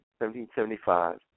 1775